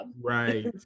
Right